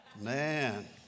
Man